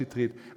שטרית,